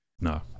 no